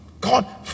God